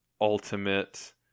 ultimate